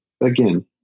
again